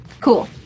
cool